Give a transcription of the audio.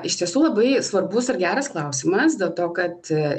iš tiesų labai svarbus ir geras klausimas dėl to kad